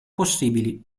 possibili